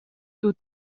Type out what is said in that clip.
دود